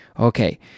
Okay